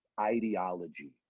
ideology